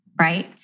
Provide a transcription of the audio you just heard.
right